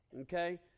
okay